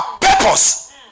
Purpose